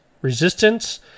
resistance